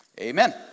Amen